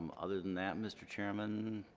um other than that, mr. chairman,